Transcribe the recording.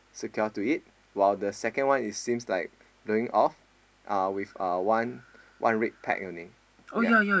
secure to it while the second one it seems like blowing off uh with uh one one red peg only ya